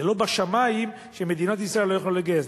זה לא בשמים, שמדינת ישראל לא יכולה לגייס.